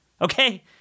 Okay